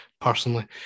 personally